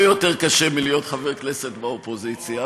יותר קשה מלהיות חבר כנסת באופוזיציה,